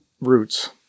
Roots